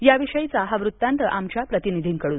याविषयीचा हा वृत्तांत आमच्या प्रतिनिधीकडून